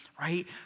right